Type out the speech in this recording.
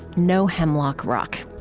no hemlock rock.